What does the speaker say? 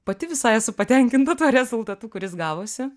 pati visai esu patenkinta tuo rezultatu kuris gavosi